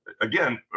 again